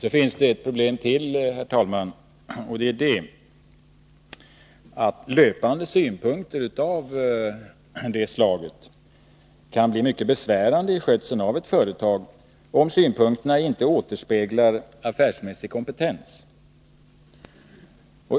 Sedan finns det ytterligare ett problem, herr talman, nämligen att löpande synpunkter av detta slag kan bli mycket besvärande vid skötseln av ett företag, om synpunkterna inte återspeglar affärsmässig kompetens.